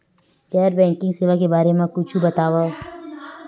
गैर बैंकिंग सेवा के बारे म कुछु बतावव?